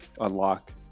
unlock